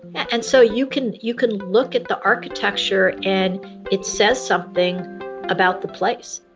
and so you can you can look at the architecture and it says something about the place